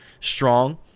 strong